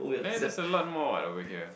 there there's a lot more what over here